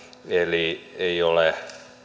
eli ei ole